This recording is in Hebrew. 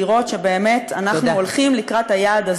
ולכן,